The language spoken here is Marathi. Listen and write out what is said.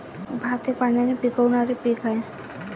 भात हे पाण्याने पिकणारे पीक आहे